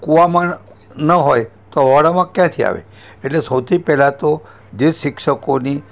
કૂવામાં ન હોય તો હવાડામાં ક્યાંથી આવે એટલે સૌથી પહેલાં તો જે શિક્ષકોની